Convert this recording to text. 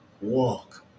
walk